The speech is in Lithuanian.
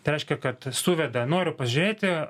tai reiškia kad suveda noriu pažiūrėti